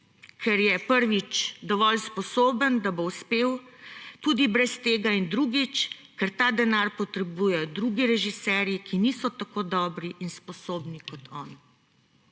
ker je, prvič, dovolj sposoben, da bo uspel tudi brez tega, in drugič, ker ta denar potrebujejo drugi režiserji, ki niso tako dobri in sposobni kot on.«